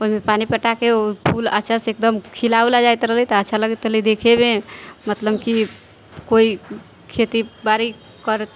ओहिमे पानी पटा कऽ ओ फूल अच्छासँ एकदम खिला उला जाइत रहलै तऽ अच्छा लागैत रहलै देखयमे मतलब कि कोइ खेती बाड़ी कर